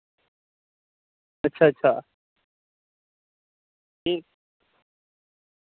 अच्छा अच्छा